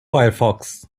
firefox